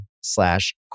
slash